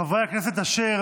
חברי הכנסת אשר